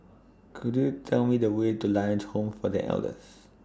Could YOU Tell Me The Way to Lions Home For The Elders